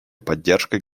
поддержкой